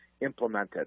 implemented